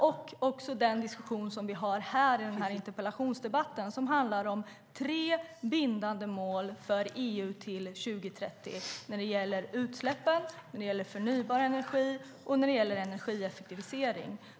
Det är också den diskussion vi har i den här interpellationsdebatten som handlar om tre bindande mål för EU till 2030 när det gäller utsläpp, förnybar energi och energieffektivisering.